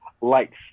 lights